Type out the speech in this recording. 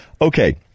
okay